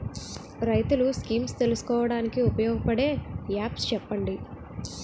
రైతులు స్కీమ్స్ తెలుసుకోవడానికి ఉపయోగపడే యాప్స్ చెప్పండి?